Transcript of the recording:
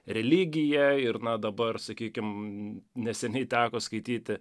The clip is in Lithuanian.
religija ir na dabar sakykim neseniai teko skaityti